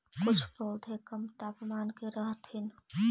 कुछ पौधे कम तापमान में रहथिन